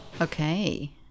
Okay